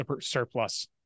surplus